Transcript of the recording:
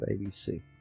ABC